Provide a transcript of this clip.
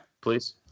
Please